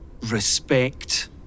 Respect